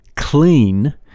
Clean